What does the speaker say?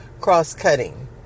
cross-cutting